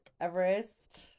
Everest